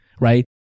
Right